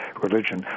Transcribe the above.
religion